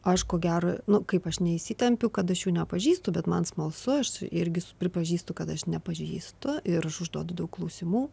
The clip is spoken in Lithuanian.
aš ko gero nu kaip aš neįsitempiu kad aš jų nepažįstu bet man smalsu aš irgi pripažįstu kad aš nepažįstu ir aš užduodu daug klausimų